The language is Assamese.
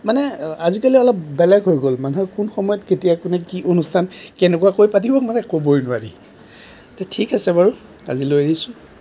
মানে আজিকালি অলপ বেলেগ হৈ গ'ল মানুহে কোন সময়ত কেতিয়া কোনে কি অনুষ্ঠান কেনেকুৱাকৈ পাতিব মানে ক'বই নোৱাৰি তো ঠিক আছে বাৰু আজিলৈ এৰিছোঁ